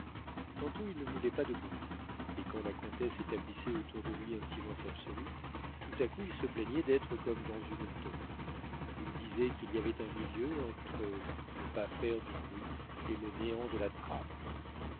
tantôt il ne voulait pas de bruit et quand la comtesse établissait autour de lui un silence absolu tout à coup il se plaignait d'être comme dans une tombe il disait qu'il y avait un milieu entre ne pas faire du bruit et le néant de la trappe